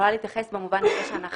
יכולה להתייחס במובן הזה שאנחנו